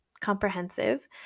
comprehensive